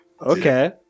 Okay